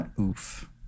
Oof